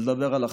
ולדבר על אחדות,